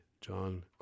John